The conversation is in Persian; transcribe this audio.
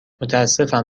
متاسفم